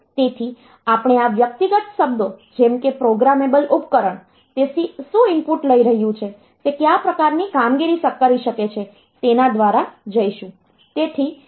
તેથી આપણે આ વ્યક્તિગત શબ્દો જેમ કે પ્રોગ્રામેબલ ઉપકરણ તે શું ઇનપુટ લઈ રહ્યું છે તે કયા પ્રકારની કામગીરી કરી શકે છે તેના દ્વારા જઈશું